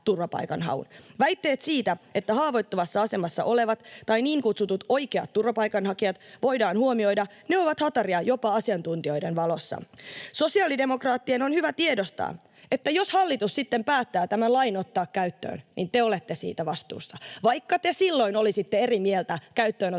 Väitteet siitä, että haavoittuvassa asemassa olevat tai niin kutsutut oikeat turvapaikanhakijat voidaan huomioida, ovat hataria jopa asiantuntijoiden valossa. Sosiaalidemokraattien on hyvä tiedostaa, että jos hallitus sitten päättää tämän lain ottaa käyttöön, niin te olette siitä vastuussa. Vaikka te silloin olisitte eri mieltä käyttöönoton